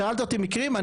שאלת אותי על מקרים,